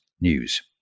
news